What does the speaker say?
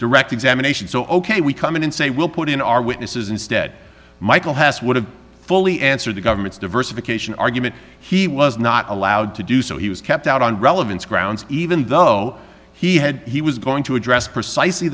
direct examination so ok we come in and say we'll put in our witnesses instead michael has would have fully answered the government's diversification argument he was not allowed to do so he was kept out on relevance grounds even though he had he was going to address precisely